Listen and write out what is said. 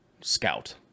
Scout